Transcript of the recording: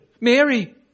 Mary